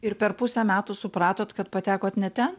ir per pusę metų supratot kad patekot ne ten